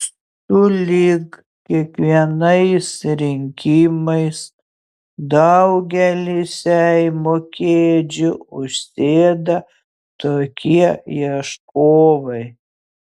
sulig kiekvienais rinkimais daugelį seimo kėdžių užsėda tokie ieškovai